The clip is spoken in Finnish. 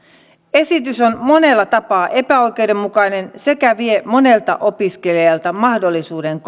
esitys on monella tapaa epäoikeudenmukainen sekä vie monelta opiskelijalta mahdollisuuden